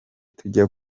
tujya